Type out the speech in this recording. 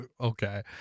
Okay